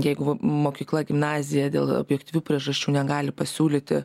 jeigu mokykla gimnazija dėl objektyvių priežasčių negali pasiūlyti